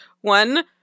one